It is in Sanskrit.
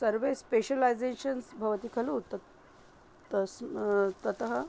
सर्वे स्पेशलैसेशन्स् भवति खलु तत् तस्य ततः